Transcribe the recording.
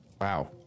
Wow